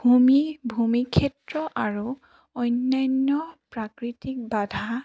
ভূমি ভূমি ক্ষেত্ৰ আৰু অন্যান্য প্ৰাকৃতিক বাধা